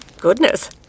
Goodness